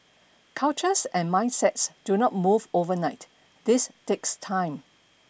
cultures and mindsets do not move overnight this takes time